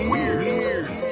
Weird